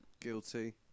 Guilty